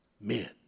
men